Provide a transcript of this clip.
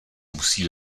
musí